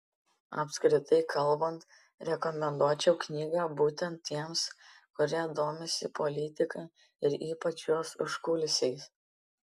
apskritai kalbant rekomenduočiau knygą būtent tiems kurie domisi politika ir ypač jos užkulisiais